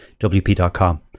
WP.com